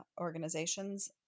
organizations